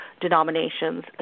denominations